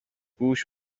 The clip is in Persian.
پوش